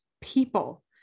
people